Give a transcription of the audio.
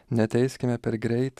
neteiskime per greit